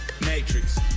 matrix